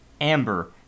Amber